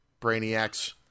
Brainiacs